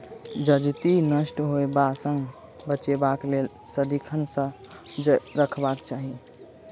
जजति नष्ट होयबा सँ बचेबाक लेल सदिखन सजग रहबाक चाही